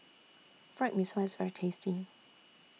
Fried Mee Sua IS very tasty